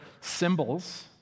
symbols